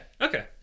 Okay